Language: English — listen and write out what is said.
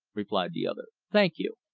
replied the other. thank you.